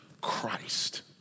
Christ